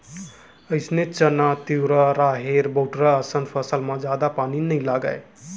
अइसने चना, तिंवरा, राहेर, बटूरा असन फसल म जादा पानी नइ लागय